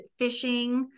phishing